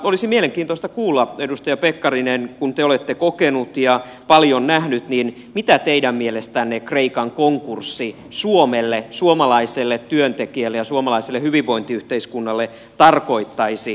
olisi mielenkiintoista kuulla edustaja pekkarinen kun te olette kokenut ja paljon nähnyt mitä teidän mielestänne kreikan konkurssi suomelle suomalaiselle työntekijälle ja suomalaiselle hyvinvointiyhteiskunnalle tarkoittaisi